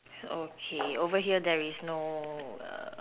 okay over here there is no err